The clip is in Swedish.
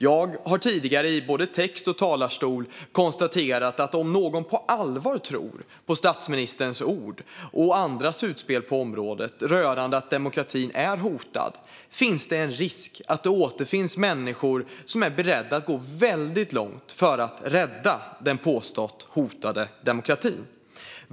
Jag har tidigare i både text och talarstol konstaterat att om någon på allvar tror på statsministerns ord och andras utspel på området rörande att demokratin är hotad finns det en risk att det återfinns människor som är beredda att gå väldigt långt för att rädda den påstått hotade demokratin.